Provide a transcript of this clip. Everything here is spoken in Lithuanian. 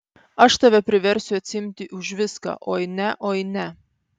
aš tave priversiu atsiimti už viską oi ne oi ne